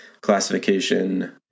classification